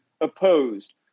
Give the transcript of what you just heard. opposed